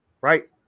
right